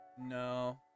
No